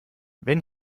wenn